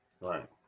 Right